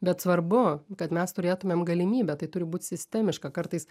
bet svarbu kad mes turėtumėm galimybę tai turi būt sistemiška kartais